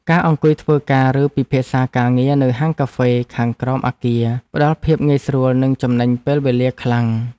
ការអង្គុយធ្វើការឬពិភាក្សាការងារនៅហាងកាហ្វេខាងក្រោមអគារផ្តល់ភាពងាយស្រួលនិងចំណេញពេលវេលាខ្លាំង។